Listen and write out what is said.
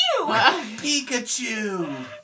Pikachu